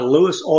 Lewis